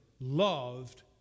loved